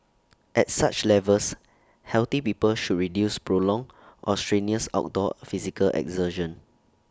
at such levels healthy people should reduce prolonged or strenuous outdoor physical exertion